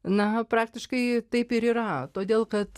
na praktiškai taip ir yra todėl kad